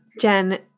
Jen